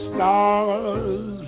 Stars